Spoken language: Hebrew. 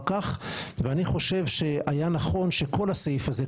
כך ואני חושב שהיה נכון שכל הסעיף הזה,